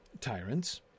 tyrants